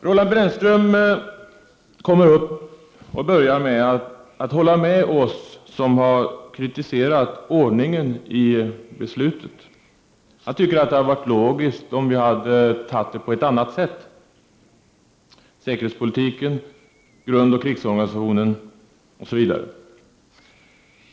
Roland Brännström börjar med att hålla med oss som har kritiserat ordningen i beslutet. Han tycker att det hade varit logiskt om vi hade tagit det på ett annat sätt — säkerhetspolitiken, grundoch krigsorganisationen, osv.